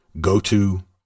go-to